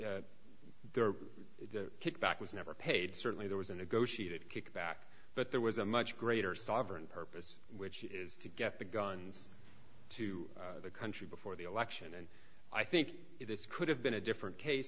kickback was never paid certainly there was a negotiated kickback but there was a much greater sovereign purpose which is to get the guns to the country before the election and i think this could have been a different case